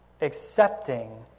accepting